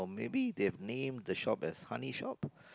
maybe they've named the shop as honey shop